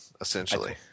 Essentially